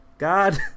God